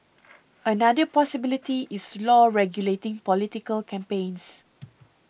another possibility is law regulating political campaigns